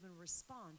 respond